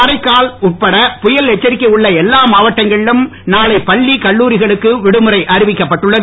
காரைக்கால் உட்பட புயல் எச்சரிக்கை உள்ள எல்லா மாவட்டங்களிலும் நாளை பள்ளி விடுமுறை அறிவிக்கப்பட்டுள்ளது